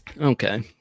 Okay